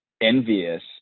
envious